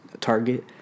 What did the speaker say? target